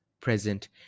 present